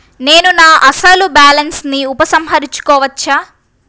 నేను నా అసలు బాలన్స్ ని ఉపసంహరించుకోవచ్చా?